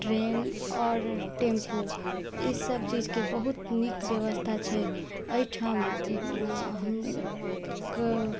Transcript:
train आओर tempo ई सब चीजके बहुत नीक व्यवस्था छै एहिठाम